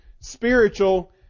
spiritual